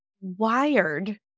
wired